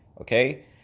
Okay